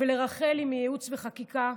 ולרחלי מייעוץ וחקיקה,